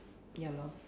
ya lor